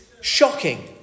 shocking